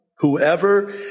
Whoever